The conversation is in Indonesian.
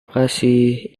kasih